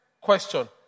question